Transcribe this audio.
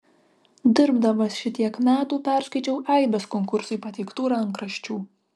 dirbdamas šitiek metų perskaičiau aibes konkursui pateiktų rankraščių